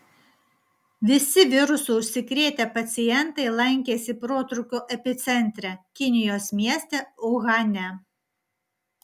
visi virusu užsikrėtę pacientai lankėsi protrūkio epicentre kinijos mieste uhane